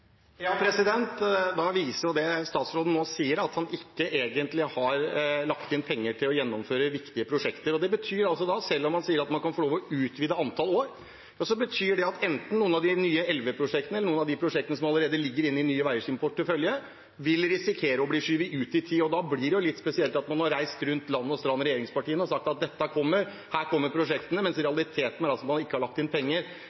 det statsråden nå sier, at han ikke egentlig har lagt inn penger til å gjennomføre viktige prosjekter. Det betyr – selv om han sier at man kan få lov til å utvide antall år – at noen av de nye elleve prosjektene eller noen av de prosjektene som allerede ligger inne i Nye Veiers portefølje, vil risikere å bli skjøvet ut i tid. Da blir det litt spesielt at regjeringspartiene har reist land og strand rundt og sagt at disse prosjektene kommer, mens realiteten er at man ikke har lagt inn penger.